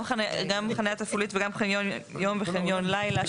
גם חניה תפעולית וגם חניון יום וחניון לילה,